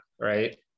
right